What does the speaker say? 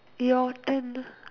your turn lah